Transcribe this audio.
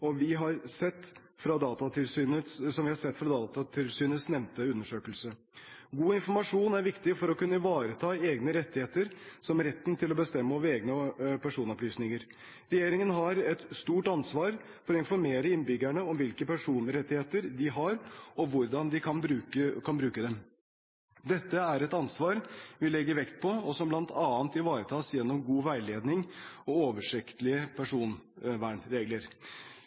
som vi har sett fra Datatilsynets nevnte undersøkelse. God informasjon er viktig for å kunne ivareta egne rettigheter, som retten til å bestemme over egne personopplysninger. Regjeringen har et stort ansvar for å informere innbyggerne om hvilke personvernrettigheter de har, og hvordan de kan bruke dem. Dette er et ansvar vi legger vekt på, og som bl.a. ivaretas gjennom god veiledning og oversiktlige personvernregler.